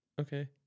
Okay